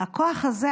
הכוח הזה,